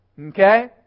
Okay